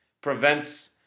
prevents